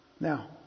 Now